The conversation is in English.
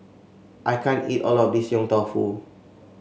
I can't eat all of this Yong Tau Foo